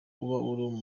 uba